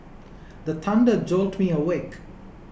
the thunder jolt me awake